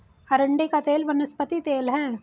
अरंडी का तेल वनस्पति तेल है